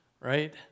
Right